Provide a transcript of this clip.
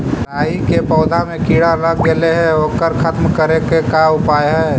राई के पौधा में किड़ा लग गेले हे ओकर खत्म करे के का उपाय है?